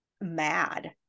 mad